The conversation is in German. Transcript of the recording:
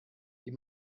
die